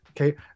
Okay